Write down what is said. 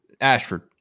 Ashford